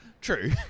true